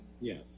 Yes